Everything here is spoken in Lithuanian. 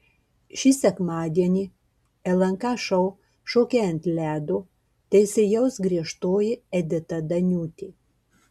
šį sekmadienį lnk šou šokiai ant ledo teisėjaus griežtoji edita daniūtė